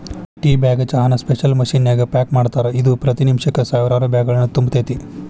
tea bag ಚಹಾನ special machine ನ್ಯಾಗ pack ಮಾಡ್ತಾರ, ಇದು ಪ್ರತಿ ನಿಮಿಷಕ್ಕ ಸಾವಿರಾರು ಟೇಬ್ಯಾಗ್ಗಳನ್ನು ತುಂಬತೇತಿ